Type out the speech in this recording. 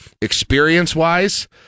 experience-wise